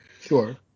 Sure